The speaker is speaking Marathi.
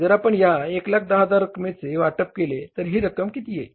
जर आपण या 110000 रक्कमेचे वाटप केले तर ही रक्कम किती येईल